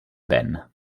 ben